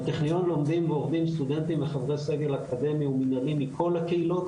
בטכניון לומדים ועובדים סטודנטים וחברי סגל אקדמי ומינהלי מכל הקהילות,